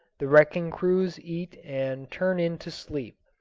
the wrecking-crews eat and turn in to sleep.